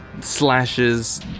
slashes